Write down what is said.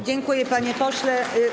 Dziękuję, panie pośle.